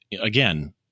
again